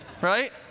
Right